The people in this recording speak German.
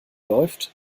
läuft